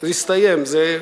המשא-ומתן הסתיים כבר.